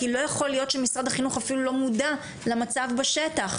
כי לא יכול להיות שמשרד החינוך אפילו לא מודע למצב בשטח.